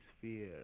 fear